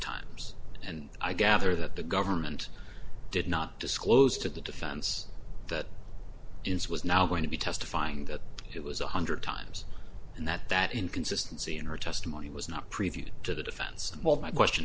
times and i gather that the government did not disclose to the defense that ins was now going to be testifying that it was a hundred times and that that inconsistency in her testimony was not previewed to the defense well my question